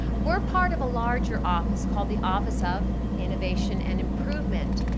we're part of a larger office called the office of innovation and improvement.